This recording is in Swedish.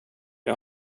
jag